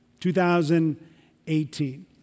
2018